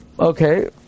Okay